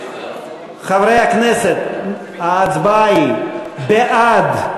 חברי הכנסת ההצעה היא: בעד,